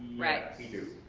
right. we do.